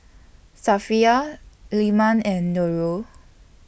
Safiya Leman and Nurul